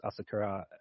Asakura